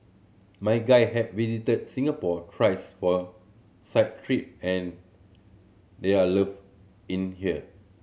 my guy have visited Singapore thrice for site trip and they are loved in here